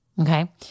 okay